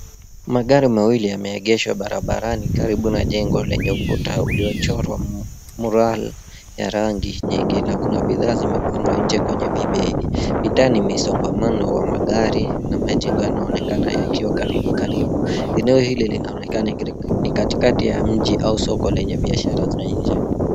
Magari mawili yameegeshwa barabarani karibu na jengo lenye ukuta uliochorwa murale ya rangi nyingi. Na kuna bidhaa nyingi zimepangwa nje kwenye vibei. Idhaa ni misongamano wa magari na majengo yanaonekana yakiwa karibukaribu. Eneo hili linaonekana ni katikati ya mji au soko la biashara za nje.